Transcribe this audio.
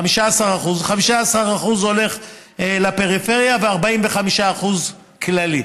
15% הולכים לפריפריה ו-45% כללי.